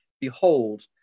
behold